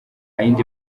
yindi